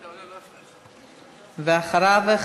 ואחריו,